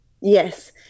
Yes